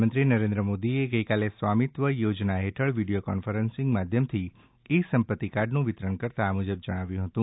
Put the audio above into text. પ્રધાનમંત્રી નરેન્દ્ર મોદીએ ગઈકાલે સ્વામીત્વ યોજના હેઠળ વીડિયો કોન્ફરન્સિંગ માધ્યમથી ઈ સંપત્તિ કાર્ડનું વિતરણ કરતા આ મુજબ જણાવ્યું હતું